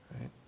right